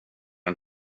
den